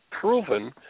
proven